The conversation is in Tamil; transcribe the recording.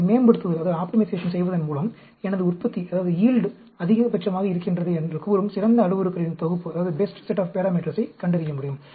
ஒரு மேம்படுத்துதலைச் செய்வதன் மூலம் எனது உற்பத்தி அதிகபட்சமாக இருக்கின்றது என்று கூறும் சிறந்த அளவுருக்களின் தொகுப்பைக் கண்டறிய முடியும்